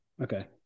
Okay